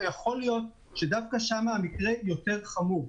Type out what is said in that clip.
ויכול להיות שדווקא שם המקרה יותר חמור.